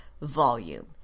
volume